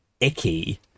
icky